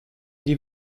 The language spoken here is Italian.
gli